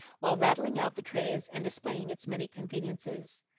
while rattling out the trays and displaying its many conveniences.